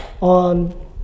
on